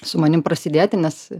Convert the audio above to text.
su manim prasidėti nes